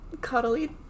cuddly